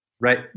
right